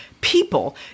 people